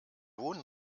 wohnen